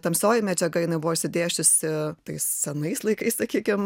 tamsioji medžiaga jinai buvo išsidėsčiusi tais senais laikais sakykim